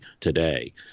today